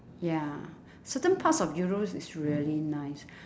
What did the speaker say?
ya certain parts of europe is really nice